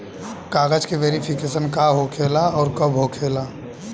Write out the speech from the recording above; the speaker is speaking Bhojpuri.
कागज के वेरिफिकेशन का हो खेला आउर कब होखेला?